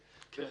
שלן.